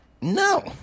No